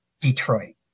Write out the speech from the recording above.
Detroit